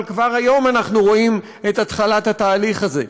אבל כבר היום אנחנו רואים את התחלת התהליך הזה,